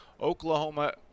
oklahoma